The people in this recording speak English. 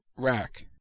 rack